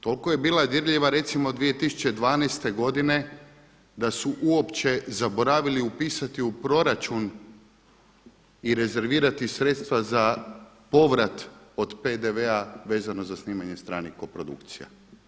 Toliko je bila dirljiva recimo 2012. godine da su uopće zaboravili upisati u proračun i rezervirati sredstva za povrat od PDV-a vezano za snimanje stranih koprodukcija.